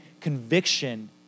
conviction